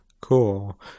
Cool